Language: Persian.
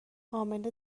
امنه